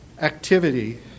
activity